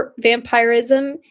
vampirism